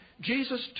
Jesus